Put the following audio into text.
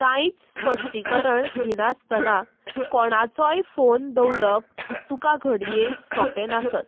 कांयच स्पश्टीकरण दिनासतना कोणाचोय फोन दवरप तुका घडये सोंपें नासत